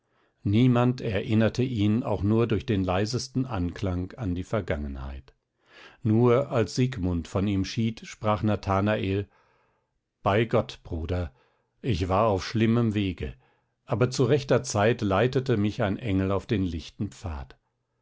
niemand erinnerte ihn auch nur durch den leisesten anklang an die vergangenheit nur als siegmund von ihm schied sprach nathanael bei gott bruder ich war auf schlimmen wege aber zu rechter zeit leitete mich ein engel auf den lichten pfad